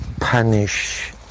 punish